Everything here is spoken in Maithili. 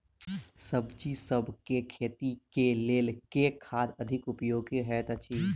सब्जीसभ केँ खेती केँ लेल केँ खाद अधिक उपयोगी हएत अछि?